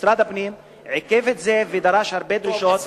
משרד הפנים עיכב את זה ודרש הרבה דרישות.